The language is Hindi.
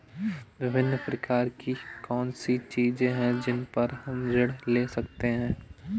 विभिन्न प्रकार की कौन सी चीजें हैं जिन पर हम ऋण ले सकते हैं?